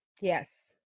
Yes